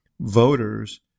voters